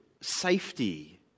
safety